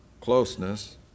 closeness